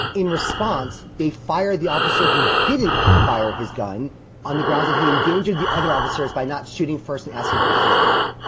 in response, they fired the officer who didn't fire his gun on the grounds that he endangered the other officers by not shooting first and asking questions later.